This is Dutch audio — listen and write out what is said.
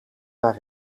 naar